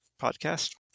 podcast